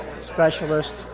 specialist